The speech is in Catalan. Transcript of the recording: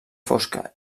fosca